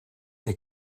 near